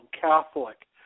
Catholic